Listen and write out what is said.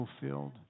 fulfilled